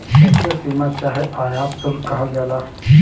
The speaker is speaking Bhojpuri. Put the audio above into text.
एके सीमा चाहे आयात शुल्क कहल जाला